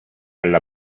alla